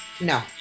No